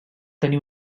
tenir